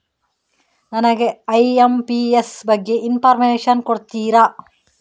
ನನಗೆ ಐ.ಎಂ.ಪಿ.ಎಸ್ ಬಗ್ಗೆ ಇನ್ಫೋರ್ಮೇಷನ್ ಕೊಡುತ್ತೀರಾ?